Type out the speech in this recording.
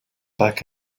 back